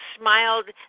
smiled